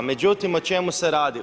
Međutim, o čemu se radi?